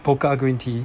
pokka green tea